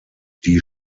die